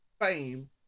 fame